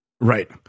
Right